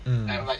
mm